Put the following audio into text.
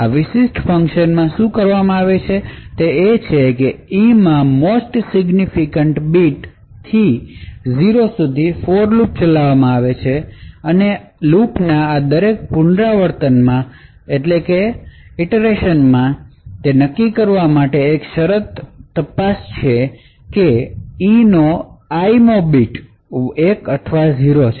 આ વિશિષ્ટ ફંકશનમાં શું કરવામાં આવે છે તે છે કે ઇમાં મોસ્ટ સિગ્નિફીકન્ટ બીટ થી 0 સુધી for લૂપ ચલાવામાં આવે છે અને લૂપ માટેના આ દરેક પુનરાવર્તનમાં તે નક્કી કરવા માટે એક શરત તપાસ છે કે ઇ નો i મો બીટ 1 અથવા 0 છે